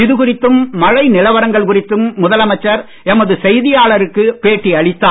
இதுகுறித்தும் மழை நிலவரங்கள் குறித்தும் முதலமைச்சர் எமது செய்தியாளருக்கு பேட்டி அளித்தார்